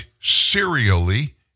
serially